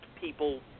people